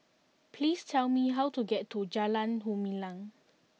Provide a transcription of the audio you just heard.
please tell me how to get to Jalan Gumilang